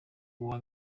uwa